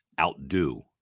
outdo